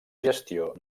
gestió